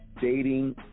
Dating